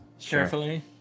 carefully